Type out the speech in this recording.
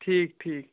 ٹھیٖک ٹھیٖک